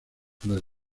las